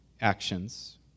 actions